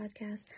podcast